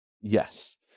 yes